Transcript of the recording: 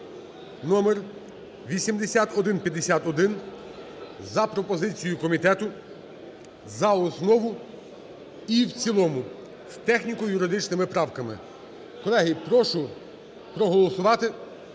(№8151) за пропозицією комітету за основу і в цілому з техніко-юридичними правками. Колеги, прошу проголосувати,